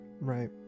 Right